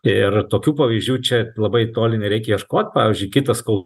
ir tokių pavyzdžių čia labai toli nereikia ieškot pavyzdžiui kitos kol